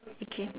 okay